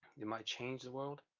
it might change the world,